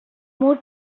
more